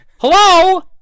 Hello